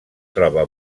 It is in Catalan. troba